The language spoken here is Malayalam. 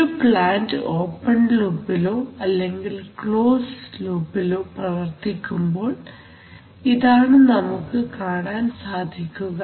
ഒരു പ്ലാൻറ് ഓപ്പൺ ലൂപിലോ അല്ലെങ്കിൽ ക്ലോസ്ഡ് ലൂപിലോ പ്രവർത്തിക്കുമ്പോൾ ഇതാണ് നമുക്ക് കാണാൻ സാധിക്കുക